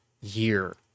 year